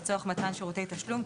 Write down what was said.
לצורך מתן שירותי תשלום,